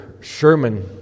Sherman